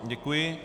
Děkuji.